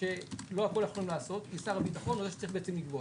שלא הכול יכולים לעשות כי שר הביטחון הוא זה שבעצם צריך לקבוע.